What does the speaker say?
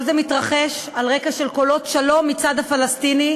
כל זה מתרחש על רקע של קולות שלום מהצד הפלסטיני,